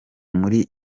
muri